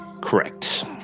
correct